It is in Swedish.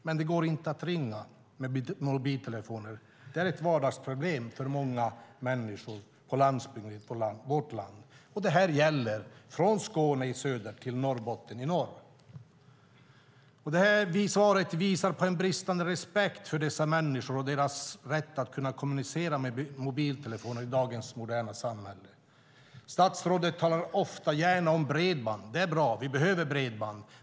Men det går inte att ringa med mobiltelefoner - det är ett vardagsproblem för många människor på landsbygden i vårt land. Det gäller från Skåne i söder till Norrbotten i norr. Svaret visar på en bristande respekt för dessa människor och deras rätt att kommunicera med mobiltelefon i dagens moderna samhälle. Statsrådet talar ofta och gärna om bredband. Det är bra - vi behöver bredband.